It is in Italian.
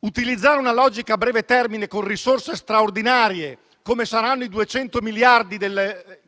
l'utilizzo di una logica a breve termine con risorse straordinarie - come saranno i 200 miliardi di